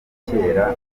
cyera